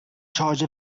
charge